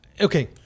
okay